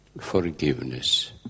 forgiveness